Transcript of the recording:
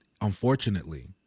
Unfortunately